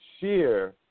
share